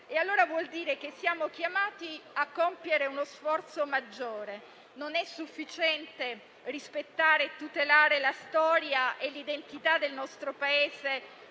vuol dire che siamo chiamati a compiere uno sforzo maggiore. Non è sufficiente rispettare e tutelare la storia e l'identità del nostro Paese